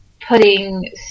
putting